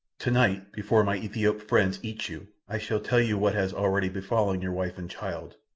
tonight, before my ethiop friends eat you, i shall tell you what has already befallen your wife and child,